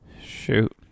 shoot